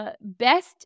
best